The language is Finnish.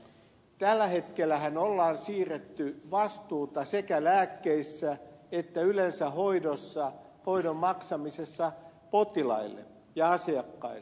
tällä hetkellähän on siirretty vastuuta sekä lääkkeissä että yleensä hoidossa hoidon maksamisessa potilaille ja asiakkaille